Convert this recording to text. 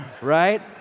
right